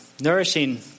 nourishing